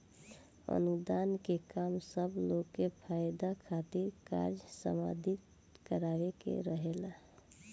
अनुदान के काम सब लोग के फायदा खातिर कार्य संपादित करावे के रहेला